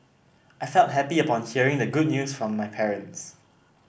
I felt happy upon hearing the good news from my parents